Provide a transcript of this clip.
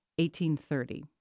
1830